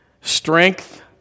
strength